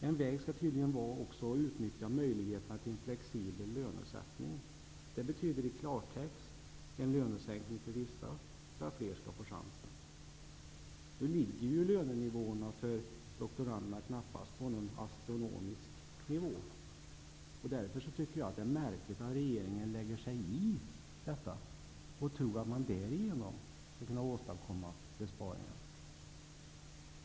En väg skall tydligen också vara att utnyttja möjligheterna till en flexibel lönesättning. Det betyder i klartext en lönesänkning för vissa för att fler skall få chansen. Nu ligger ju lönenivåerna för doktorander knappast på någon astronomisk nivå. Därför tycker jag att det är märkligt att regeringen lägger sig i detta och tror att man därigenom skall kunna åstadkomma besparingar.